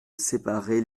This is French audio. séparer